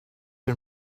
are